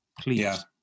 please